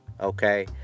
Okay